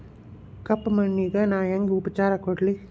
ಕಪ್ಪ ಮಣ್ಣಿಗ ನಾ ಹೆಂಗ್ ಉಪಚಾರ ಕೊಡ್ಲಿ?